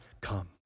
come